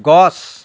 গছ